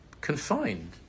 confined